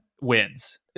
wins